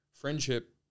friendship